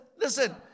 Listen